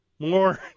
More